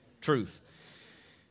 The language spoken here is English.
Truth